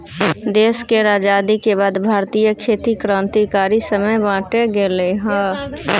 देश केर आजादी के बाद भारतीय खेती क्रांतिकारी समय बाटे गेलइ हँ